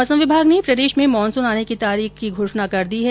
मौसम विमाग ने प्रदेश में मानसून आने की तारीख की घोषणा की है